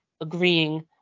agreeing